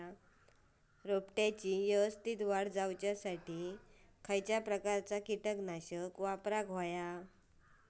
रोपट्याची यवस्तित वाढ जाऊच्या खातीर कसल्या प्रकारचा किटकनाशक वापराक होया?